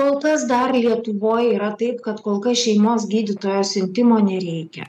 kol kas dar lietuvoj yra taip kad kol kas šeimos gydytojo siuntimo nereikia